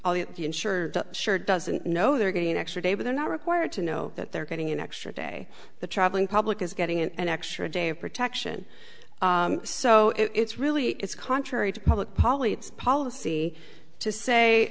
insurer sure doesn't know they're getting an extra day but they're not required to know that they're getting an extra day the traveling public is getting an extra day of protection so it's really it's contrary to public policy it's policy to say